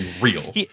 Real